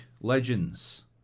Legends